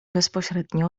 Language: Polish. bezpośrednio